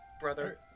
brother